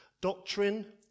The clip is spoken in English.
doctrine